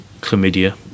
chlamydia